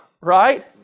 right